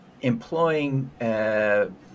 employing